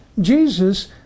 Jesus